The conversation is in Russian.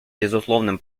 безусловным